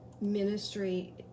ministry